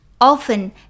Often